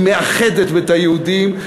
היא מאחדת את היהודים.